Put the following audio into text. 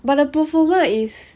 but the performer is